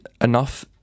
enough